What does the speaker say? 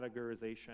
categorization